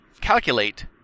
calculate